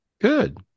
good